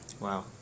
Wow